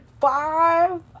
five